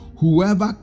Whoever